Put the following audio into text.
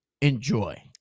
enjoy